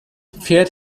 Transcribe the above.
pferd